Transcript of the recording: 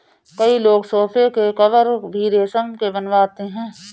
कई लोग सोफ़े के कवर भी रेशम के बनवाते हैं